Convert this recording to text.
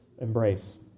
embrace